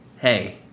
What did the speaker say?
hey